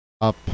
up